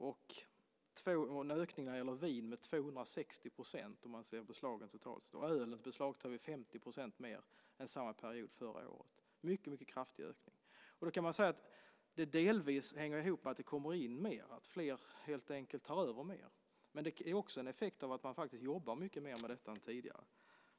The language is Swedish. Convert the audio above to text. Beslagen av vin har ökat med 260 %, och beslagen av öl har ökat med 50 % mer än samma period förra året. Det är en mycket kraftig ökning. Det hänger delvis ihop med att det kommer in mer. Fler tar över mer. Men det är också en effekt av att man faktiskt jobbar mer med dessa frågor än tidigare.